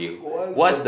what's the